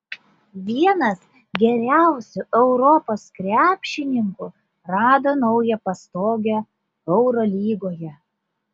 vienas geriausių europos krepšininkų rado naują pastogę eurolygoje